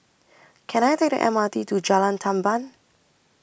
Can I Take The M R T to Jalan Tamban